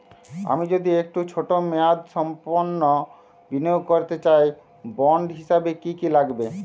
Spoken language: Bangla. আমি যদি একটু ছোট মেয়াদসম্পন্ন বিনিয়োগ করতে চাই বন্ড হিসেবে কী কী লাগবে?